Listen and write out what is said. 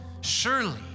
Surely